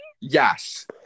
yes